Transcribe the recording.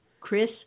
Chris